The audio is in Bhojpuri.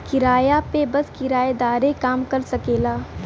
किराया पे बस किराएदारे काम कर सकेला